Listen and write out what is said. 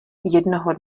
jednoho